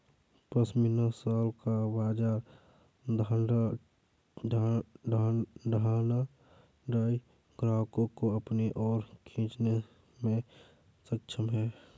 pashmina shawl का बाजार धनाढ्य ग्राहकों को अपनी ओर खींचने में सक्षम है